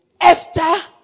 Esther